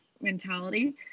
mentality